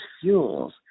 fuels